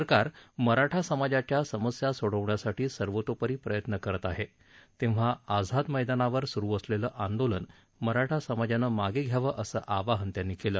सरकार मराठा समाजाच्या समस्या सोडवण्यासाठी सर्वतोपरी प्रयत्न करत आहे तेव्हा आझाद मैदानावर सुरु असलेलं आंदोलन मराठा समाजानं मागे घ्यावे असं आवाहन त्यांनी केलं